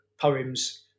poems